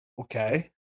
okay